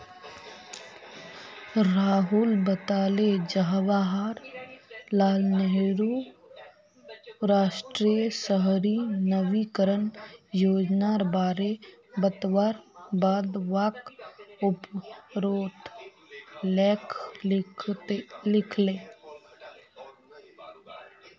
राहुल बताले जवाहर लाल नेहरूर राष्ट्रीय शहरी नवीकरण योजनार बारे बतवार बाद वाक उपरोत लेख लिखले